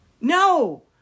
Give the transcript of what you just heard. No